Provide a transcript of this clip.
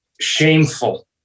shameful